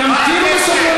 תנו לסיים